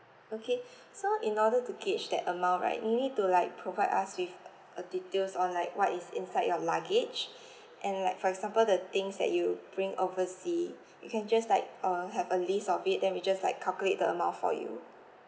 okay so in order to gage that amount right you need to like provide us with a details or like what is inside your luggage and like for example the things that you bring overseas you can just like uh have a list of it then we just like calculate the amount for you